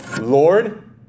Lord